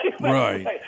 Right